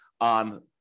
on